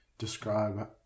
describe